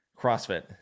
CrossFit